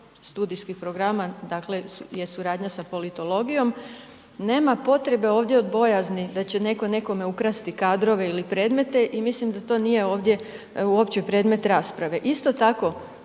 studijskih programa, dakle je suradnja sa politologijom, nema potrebe ovdje od bojazni da će netko nekome ukrasti kadrove ili predmete i mislim da to nije ovdje uopće predmet rasprave. Isto tako,